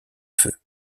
feu